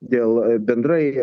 dėl bendrai